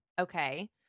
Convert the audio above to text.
Okay